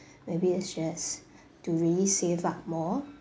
maybe it's just to really save up more